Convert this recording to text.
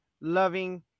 loving